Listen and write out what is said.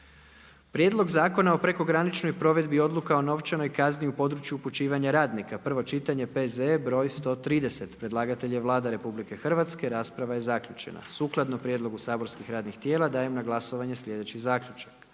prijedlog Zakona o sigurnosnoj zaštiti pomorskih brodova i luka, prvo čitanje P.Z.E. br. 143. Predlagatelj je Vlada Republike Hrvatske. Rasprava je zaključena. Sukladno prijedlogu saborskih radnih tijela, dajem na glasovanje sljedeći zaključak: